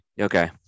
Okay